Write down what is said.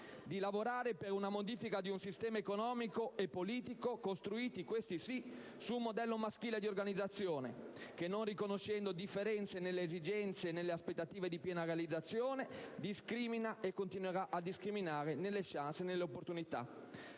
di lavorare per la modifica di un sistema economico e di un sistema politico costruiti, questi sì, su un modello maschile di organizzazione, che, non riconoscendo differenze nelle esigenze e nelle aspettative di piena realizzazione, discrimina e continuerà a discriminare nelle *chances* e nelle opportunità.